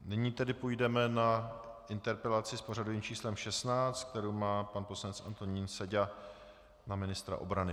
Nyní tedy půjdeme na interpelaci s pořadovým číslem 16, kterou má pan poslanec Antonín Seďa na ministra obrany.